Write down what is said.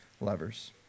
lovers